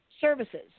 services